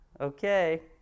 Okay